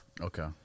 Okay